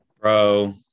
Bro